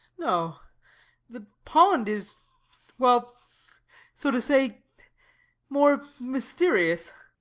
no the pond is well so to say more mysterious.